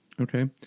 Okay